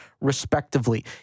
respectively